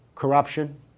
Corruption